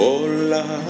Hola